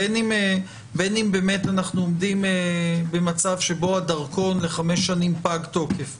בין אם באמת אנחנו עומדים במצב שבו הדרכון לחמש שנים פג תוקף,